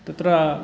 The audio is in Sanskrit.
तत्र